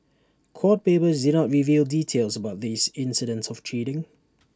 court papers did not reveal details about these incidents of cheating